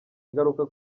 ingaruka